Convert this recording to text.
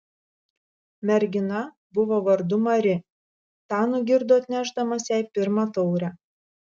mergina buvo vardu mari tą nugirdo atnešdamas jai pirmą taurę